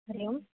हरिः ओम्